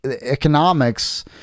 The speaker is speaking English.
economics